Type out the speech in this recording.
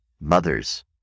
mothers